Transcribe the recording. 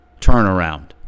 turnaround